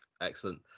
excellent